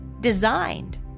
designed